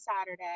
Saturday